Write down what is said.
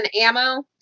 ammo